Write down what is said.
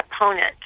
opponent